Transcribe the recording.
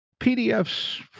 PDFs